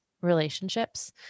relationships